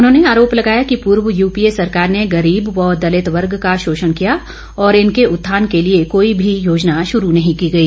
उन्होंने आरोप लगाया कि पूर्व यूपीए सरकार ने गरीब व दलित वर्ग का शोषण किया और इनके उत्थान के लिए कोई मी योजना शुरू नहीं की गई